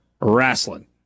wrestling